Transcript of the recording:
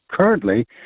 currently